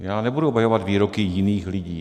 Já nebudu obhajovat výroky jiných lidí.